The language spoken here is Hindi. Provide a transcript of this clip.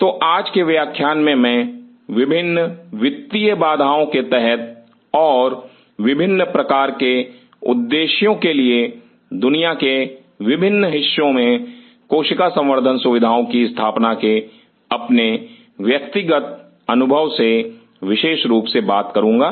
तो आज के व्याख्यान में मैं विभिन्न वित्तीय बाधाओं के तहत और विभिन्न प्रकार के उद्देश्यों के लिए दुनिया के विभिन्न हिस्सों में कोशिका संवर्धन सुविधाओं की स्थापना के अपने व्यक्तिगत अनुभव से विशेष रुप से बात करूंगा